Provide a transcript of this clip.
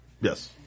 Yes